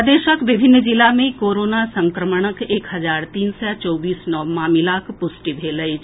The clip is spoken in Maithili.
प्रदेशक विभिन्न जिला मे कोरोना संक्रमणक एक हजार तीन सय चौबीस नव मामिलाक पुष्टि भेल अछि